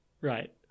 Right